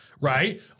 right